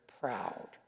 proud